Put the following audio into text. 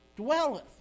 Dwelleth